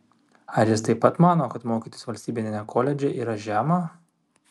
ar jis taip pat mano kad mokytis valstybiniame koledže yra žema